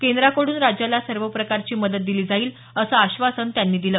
केंद्राकडून राज्याला सर्व प्रकारची मदत दिली जाईल असं आश्वासन त्यांनी दिलं